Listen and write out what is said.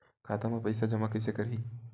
खाता म पईसा जमा कइसे करही?